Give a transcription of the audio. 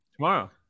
tomorrow